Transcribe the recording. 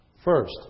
First